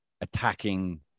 attacking